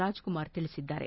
ರಾಜಕುಮಾರ್ ತಿಳಿಸಿದ್ದಾರೆ